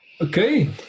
Okay